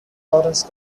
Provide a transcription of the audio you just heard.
lawrence